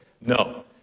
No